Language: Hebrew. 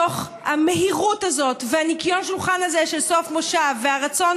בתוך המהירות הזאת וניקיון השולחן הזה של סוף מושב והרצון